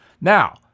Now